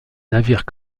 navires